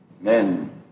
men